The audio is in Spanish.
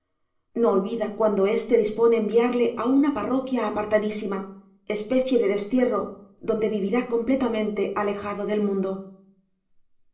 no olvida cuando éste dispone enviarle a una parroquia apartadísima especie de destierro donde vivirá completamente alejado del mundo